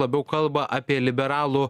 labiau kalba apie liberalų